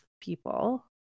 people